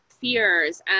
fears